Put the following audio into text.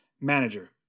manager